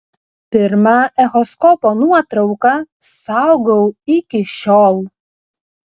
pirmą echoskopo nuotrauką saugau iki šiol